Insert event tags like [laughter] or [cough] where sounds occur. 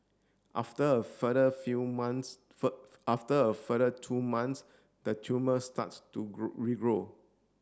after a further few months [unintelligible] after a further two months the tumour starts to [unintelligible] regrow